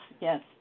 yes